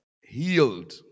healed